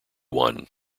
one